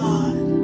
God